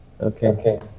Okay